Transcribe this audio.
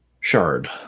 Shard